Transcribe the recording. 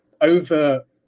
over